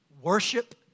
Worship